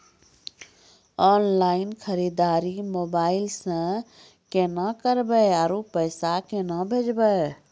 Online खरीददारी mobile से केना करबै, आरु पैसा केना भेजबै?